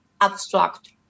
abstract